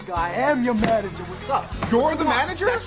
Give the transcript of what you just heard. i am your manager, what's up? you're the manager!